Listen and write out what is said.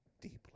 deeply